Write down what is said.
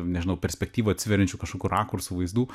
nežinau perspektyvoj atsiveriančių kažkokių rakursų vaizdų